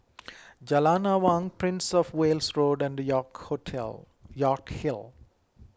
Jalan Awang Prince of Wales Road and York Hotle York Hill